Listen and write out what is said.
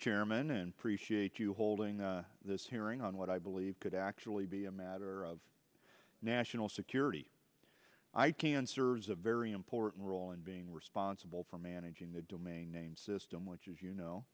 chairman and prescience you holding this hearing on what i believe could actually be a matter of national security i cancer's a very important role in being responsible for managing the domain name system which as you know